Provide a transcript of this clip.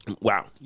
Wow